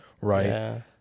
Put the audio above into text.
right